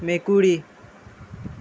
মেকুৰী